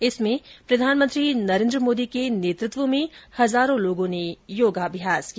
इसमें प्रधानमंत्री नरेंद्र मोदी के नेतृत्व में हजारों लोगों ने योगाभ्यास किया